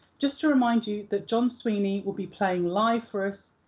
just to remind you that john sweeney will be playing live for us,